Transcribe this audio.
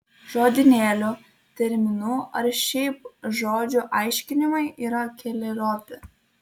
žodynėlio terminų ar šiaip žodžių aiškinimai yra keleriopi